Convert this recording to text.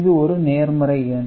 இது ஒரு நேர்மறை எண்